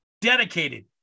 Dedicated